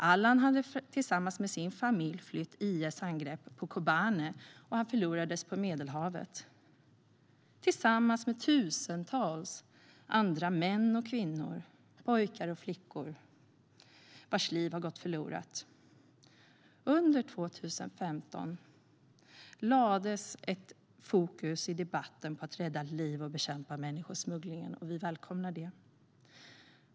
Alan hade tillsammans med sin familj flytt IS angrepp på Kobane och förlorades på Medelhavet, tillsammans med tusentals andra män och kvinnor, pojkar och flickor vars liv har gått förlorade. Under 2015 lades ett fokus i debatten på att rädda liv och bekämpa människosmuggling. Vi välkomnar det.